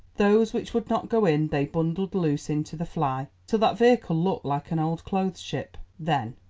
those which would not go in they bundled loose into the fly, till that vehicle looked like an old clothes ship. then,